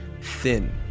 thin